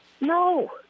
No